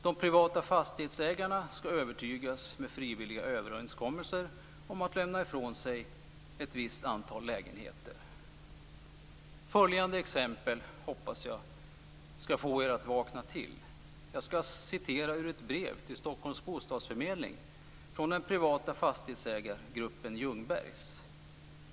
De privata fastighetsägarna skall med frivilliga överenskommelser övertygas att lämna ifrån sig ett visst antal lägenheter. Följande exempel hoppas jag skall få er att vakna till. Jag skall citera ur ett brev till Stockholms bostadsförmedling från den privata fastighetsägargruppen Ljungbergs.